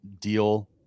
deal